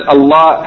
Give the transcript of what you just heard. Allah